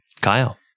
Kyle